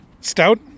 Stout